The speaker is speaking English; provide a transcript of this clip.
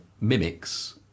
mimics